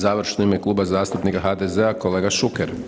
Završno u ime Kluba zastupnika HDZ-a kolega Šuker.